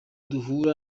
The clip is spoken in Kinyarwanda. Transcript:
duhura